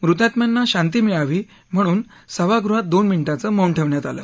मृतात्म्यांना शांती मिळावी म्हणून सभागृहात दोन मिनिटाचे मौन ठेवण्यात आले